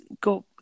go